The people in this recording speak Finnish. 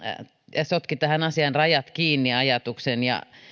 ja sotki tähän asiaan rajat kiinni ajatuksen